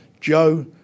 Joe